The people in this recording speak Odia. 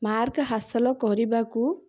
ମାର୍କ ହାସଲ କରିବାକୁ